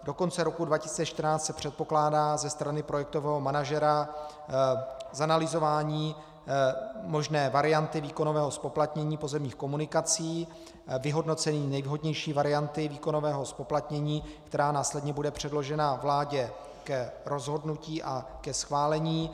Do konce roku 2014 se předpokládá ze strany projektového manažera zanalyzování možné varianty výkonového zpoplatnění pozemních komunikací, vyhodnocení nejvhodnější varianty výkonového zpoplatnění, která následně bude předložena vládě k rozhodnutí a ke schválení.